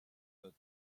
the